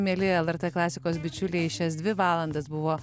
mieli lrt klasikos bičiuliai šias dvi valandas buvo